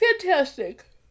fantastic